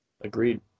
Agreed